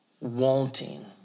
wanting